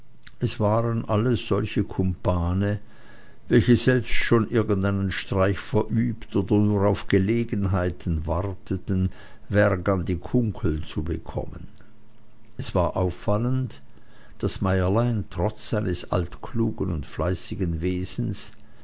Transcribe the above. es waren alles solche kumpane welche selbst schon irgendeinen streich verübt oder nur auf gelegenheit warteten werg an die kunkel zu bekommen es war auffallend daß meierlein trotz seines altklugen und fleißigen wesens